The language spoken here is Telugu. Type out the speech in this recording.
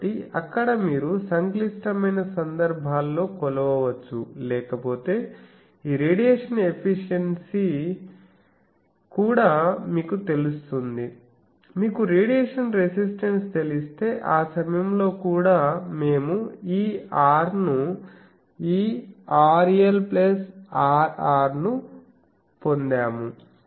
కాబట్టి అక్కడ మీరు సంక్లిష్టమైన సందర్భాల్లో కొలవవచ్చు లేకపోతే ఈ రేడియేషన్ ఎఫిషియన్సీ కూడా మీకు తెలుస్తుంది మీకు రేడియేషన్ రెసిస్టన్స్ తెలిస్తే ఆ సమయంలో కూడా మేము ఈ Rr ను ఈ RL Rr ను పొందాము